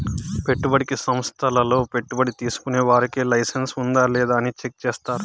పెట్టుబడికి సంస్థల్లో పెట్టుబడి తీసుకునే వారికి లైసెన్స్ ఉందా లేదా అని చెక్ చేస్తారు